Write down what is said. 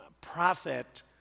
prophet